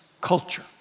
culture